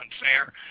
unfair